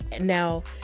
Now